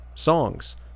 Songs